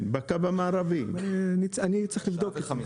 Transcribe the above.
אני צריך לבדוק לך.